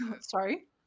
sorry